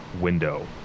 window